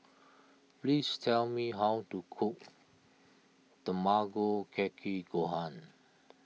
please tell me how to cook Tamago Kake Gohan